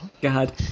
God